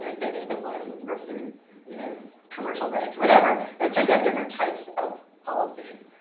you know savings and loans versus you know commercial banks, whatever, that tend to have different types of policies.